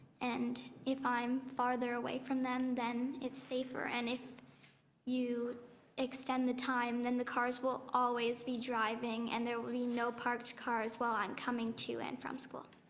and if i'm further away from them then it's safer and if you ex tend the time then the cars will always be driveing and there will be no parked cars while i'm comeing to and from school.